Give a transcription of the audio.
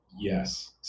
Yes